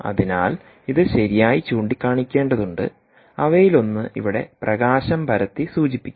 അതിനാൽ ഇത് ശരിയായി ചൂണ്ടിക്കാണിക്കേണ്ടതുണ്ട് അവയിലൊന്ന് ഇവിടെ പ്രകാശം പരത്തി സൂചിപ്പിക്കും